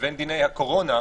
לבין דיני הקורונה,